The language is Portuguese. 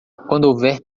houver